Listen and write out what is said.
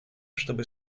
чтобы